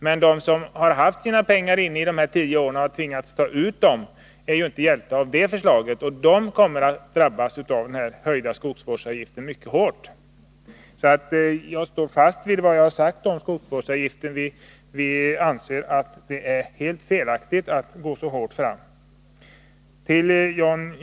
Men de som har haft sina pengar innestående i tio år och nu tvingas ta ut dem blir inte hjälpta av det förslaget. De kommer att drabbas mycket hårt av den höjda skogsvårdsavgiften. Jag står fast vid vad jag sade tidigare om skogsvårdsavgiften. Vi inom centern anser att det är helt felaktigt att gå fram så hårt.